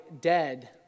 dead